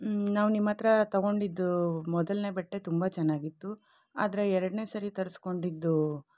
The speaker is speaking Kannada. ನಾವು ನಿಮ್ಮ ಹತ್ರ ತೊಗೊಂಡಿದ್ದು ಮೊದಲನೇ ಬಟ್ಟೆ ತುಂಬ ಚೆನ್ನಾಗಿತ್ತು ಆದರೆ ಎರಡನೇ ಸಾರಿ ತರಿಸ್ಕೊಂಡಿದ್ದು